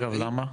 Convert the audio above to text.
אגב, למה?